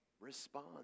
Respond